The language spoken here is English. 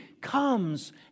comes